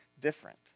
different